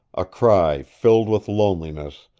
a cry filled with loneliness,